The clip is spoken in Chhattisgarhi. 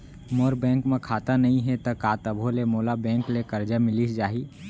मोर बैंक म खाता नई हे त का तभो ले मोला बैंक ले करजा मिलिस जाही?